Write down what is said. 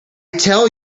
tell